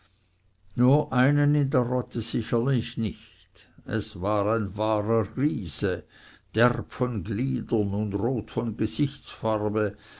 nur einen in der rotte sicherlich nicht es war ein wahrer riese derb von gliedern und rot von gesichtsfarbe